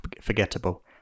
forgettable